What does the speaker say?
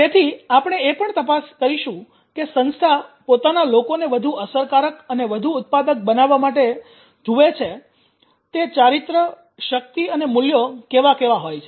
તેથી આપણે એ પણ તપાસ કરીશું કે સંસ્થા પોતાના લોકોને વધુ અસરકારક અને વધુ ઉત્પાદક બનાવવા માટે જુએ છે તે ચારિત્ર્ય શક્તિ અને મૂલ્યો કેવા કેવા હોય છે